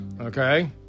Okay